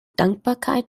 dankbarkeit